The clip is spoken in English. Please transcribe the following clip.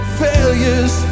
failures